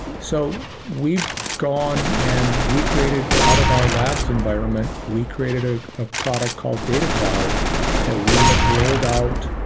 so we've gone and we created out of our labs environment, we created a ah product called data cloud that we have rolled out